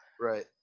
Right